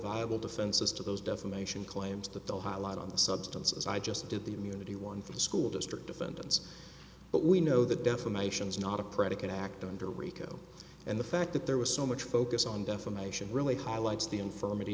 viable defenses to those defamation claims that they'll highlight on the substance as i just did the immunity one for the school district defendants but we know that defamation is not a predicate act under rico and the fact that there was so much focus on defamation really highlights the infirm